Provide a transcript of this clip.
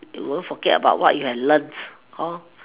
you won't forget about what you have learnt oh